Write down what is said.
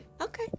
okay